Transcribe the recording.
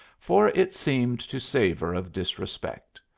for it seemed to savour of disrespect.